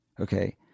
Okay